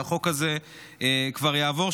שהחוק הזה כבר יעבור,